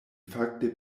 fakte